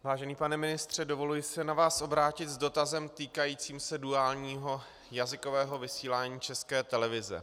Vážený pane ministře, dovoluji si na vás obrátit s dotazem týkajícím se duálního jazykového vysílání České televize.